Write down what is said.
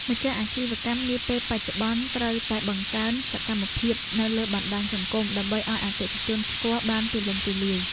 ម្ចាស់អាជីវកម្មនាពេលបច្ចុប្បន្នត្រូវតែបង្កើនសកម្មភាពនៅលើបណ្តាញសង្គម ដើម្បីឱ្យអតិថិជនស្គាល់បានទូលំទូលាយ។